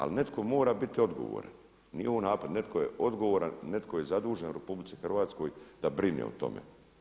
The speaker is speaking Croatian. Ali netko mora biti odgovoran, nije ovo napad, netko je odgovoran, netko je zadužen u RH da brine o tome.